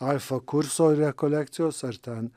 alfa kurso rekolekcijos ar ten